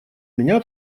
меня